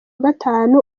gatanu